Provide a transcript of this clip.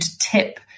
tip